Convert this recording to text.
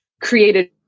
created